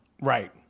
right